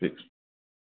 ঠিক